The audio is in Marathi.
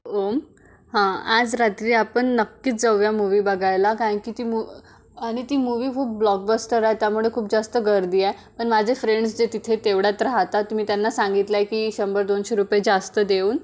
ओम हां आज रात्री आपण नक्कीच जाऊ या मूव्ही बघायला कारण की ती मू आणि ती मूव्ही खूप ब्लॉकबस्टर आहे त्यामुळे खूप जास्त गर्दी आहे पण माझे फ्रेंड्स जे तिथे तेवढ्यात राहतात मी त्यांना सांगितलं आहे की शंभर दोनशे रुपये जास्त देऊन